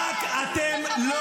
--- אי-אפשר לשמוע אתכם.